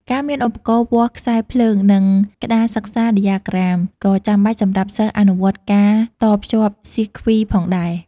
ការមាន ឧបករណ៍វាស់ខ្សែភ្លើង និង ក្តារសិក្សាដ្យាក្រាម ក៏ចាំបាច់សម្រាប់សិស្សអនុវត្តការតភ្ជាប់សៀគ្វីផងដែរ។